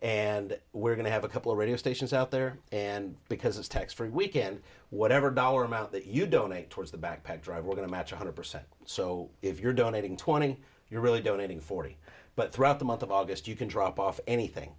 and we're going to have a couple of radio stations out there and because it's tax free weekend whatever dollar amount that you donate towards the backpack drive we're going to match one hundred percent so if you're donating twenty you're really donating forty but throughout the month of august you can drop off anything